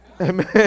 Amen